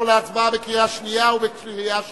להצבעה בקריאה שנייה ובקריאה שלישית.